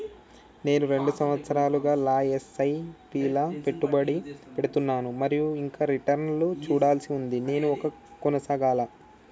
నేను రెండు సంవత్సరాలుగా ల ఎస్.ఐ.పి లా పెట్టుబడి పెడుతున్నాను మరియు ఇంకా రిటర్న్ లు చూడాల్సి ఉంది నేను కొనసాగాలా?